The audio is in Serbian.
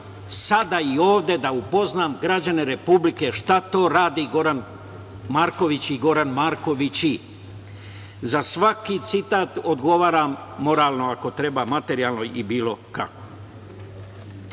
sada i ovde da upoznam građane Republike šta to radi Goran Marković i Goran Markovići. Za svaki citat odgovaram moralno, ako treba materijalno i bilo kako. Osim